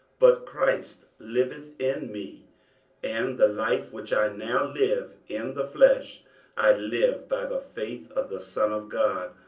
but christ liveth in me and the life which i now live in the flesh i live by the faith of the son of god,